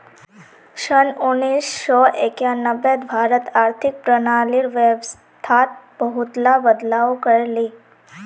सन उन्नीस सौ एक्यानवेत भारत आर्थिक प्रणालीर व्यवस्थात बहुतला बदलाव कर ले